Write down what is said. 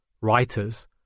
writers